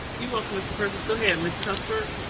you're welcome, mr. persis, go ahead, ms. cuthbert.